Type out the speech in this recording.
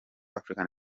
african